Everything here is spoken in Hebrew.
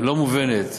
לא מובנת,